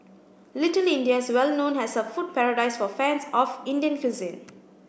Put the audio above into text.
Little India is well known as a food paradise for fans of Indian cuisine